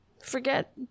forget